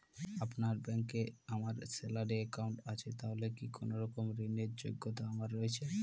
আপনার ব্যাংকে আমার স্যালারি অ্যাকাউন্ট আছে তাহলে কি কোনরকম ঋণ র যোগ্যতা আমার রয়েছে?